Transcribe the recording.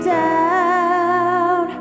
down